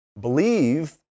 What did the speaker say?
Believe